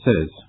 says